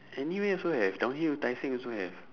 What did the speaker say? anywhere also have down here tai seng also have